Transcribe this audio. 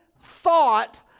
thought